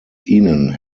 ihnen